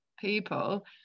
people